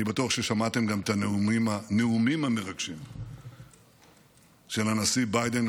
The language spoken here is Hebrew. אני בטוח ששמעתם גם את הנאומים המרגשים של הנשיא ביידן,